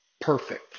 perfect